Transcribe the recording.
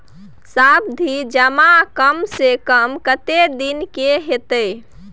सावधि जमा कम से कम कत्ते दिन के हते?